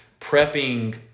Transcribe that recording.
prepping